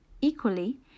Equally